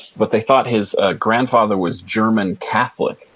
but they thought his ah grandfather was german catholic.